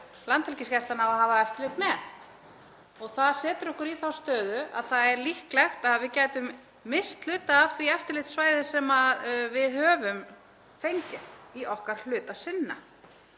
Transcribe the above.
Landhelgisgæslan á að hafa eftirlit með. Það setur okkur í þá stöðu að það er líklegt að við gætum misst hluta af því eftirlitssvæði sem við höfum fengið í okkar hlut að sinna